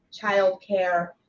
childcare